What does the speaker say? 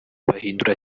bahindura